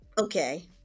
Okay